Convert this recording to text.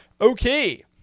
Okay